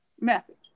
method